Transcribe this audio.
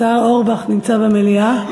השר אורבך נמצא במליאה,